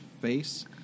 face